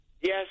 Yes